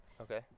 okay